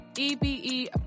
EBE